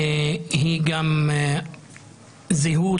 היא גם זהות.